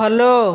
follow